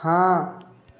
हाँ